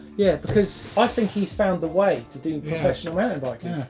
yeah, because i think he's found the way to do professional mountain biking.